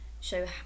show